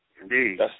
Indeed